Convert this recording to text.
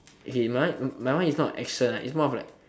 okay my one my one is not an action ah is more of like